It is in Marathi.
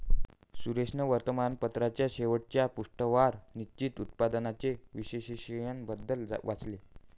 सुरेशने वर्तमानपत्राच्या शेवटच्या पृष्ठावर निश्चित उत्पन्नाचे विश्लेषण बद्दल वाचले